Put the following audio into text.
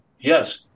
yes